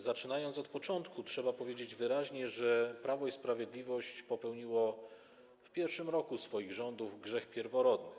Zaczynając od początku, trzeba powiedzieć wyraźnie, że Prawo i Sprawiedliwość popełniło w pierwszym roku swoich rządów grzech pierworodny.